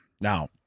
Now